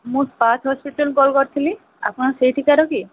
ମୁଁ hospital call କରିଥିଲି ଆପଣ ସେଇଠିକାର କି